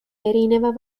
erineva